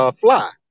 fly